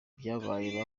ibyabaye